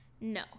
No